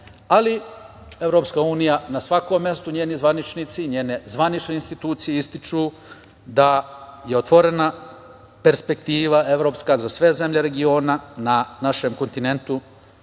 ali EU na svakom mestu, njeni zvaničnici i njene zvanične institucije ističu da je otvorena perspektiva evropska za sve zemlje regiona na našem kontinentu